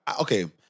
Okay